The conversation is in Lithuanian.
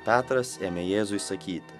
petras ėmė jėzui sakyti